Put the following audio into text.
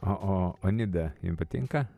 o o nida jum patinka